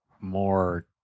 more